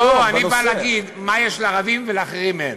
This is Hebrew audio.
לא, אני בא להגיד מה יש לערבים ולאחרים אין.